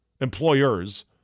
employers